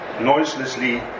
Noiselessly